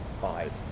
five